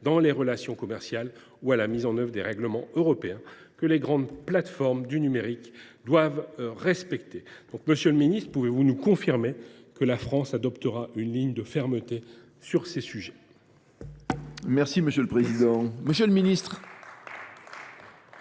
dans les relations commerciales ou à la mise en œuvre des règlements européens, que les grandes plateformes du numérique doivent respecter. Monsieur le ministre, pouvez vous nous confirmer que la France adoptera une ligne de fermeté sur ces sujets ? Très bien